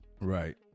Right